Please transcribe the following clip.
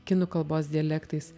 kinų kalbos dialektais